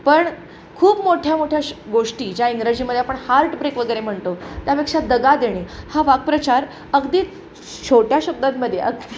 पण खूप मोठ्या मोठ्या श गोष्टी ज्या इंग्रजीमध्ये आपण हार्टब्रेक वगैरे म्हणतो त्यापेक्षा दगा देणे हा वाक्प्रचार अगदी छोट्या शब्दांमध्ये अगदी